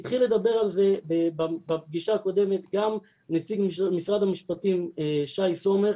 התחיל לדבר על זה בפגישה הקודמת גם נציג משרד המשפטים שי סומך